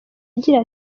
agira